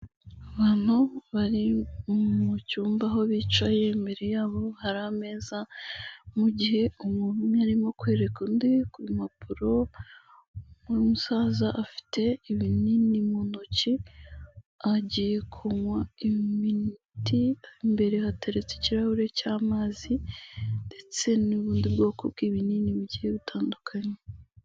Abantu bari mu cyumba aho bicaye. Imbere y'abo hari ameza. Mu gihe umuntu umwe arimo kwereka undi ku mpapuro. Umusaza afite ibinini mu ntoki agiye kunywa imiti. Imbere hateretse ikirahure cy'amazi ndetse n'ubundi bwoko bw'ibinini bigiye butandukanye.